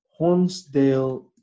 Hornsdale